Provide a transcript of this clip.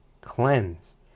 cleansed